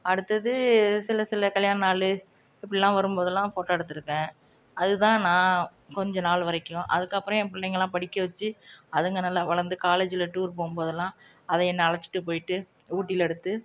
அடுத்தது சில சில கல்யாணம் நாள் இப்போல்லாம் வரும் போதெல்லாம் ஃபோட்டோ எடுத்துடுருக்கேன் அது தான் நான் கொஞ்சம் நாள் வரைக்கும் அதுக்கப்புறோம் என் பிள்ளைங்களாம் படிக்க வச்சி அதுங்க நல்லா வளர்ந்து காலேஜில் டூர் போகும்போதெல்லாம் அதை என்னை அழைச்சிட்டு போயிட்டு ஊட்டியில் எடுத்து